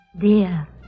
dear